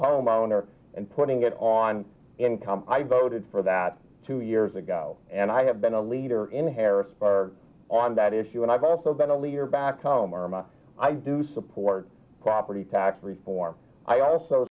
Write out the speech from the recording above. homeowner and putting it on income i voted for that two years ago and i have been a leader in harrisburg on that issue and i've also been a leader back home arma i do support property tax reform i also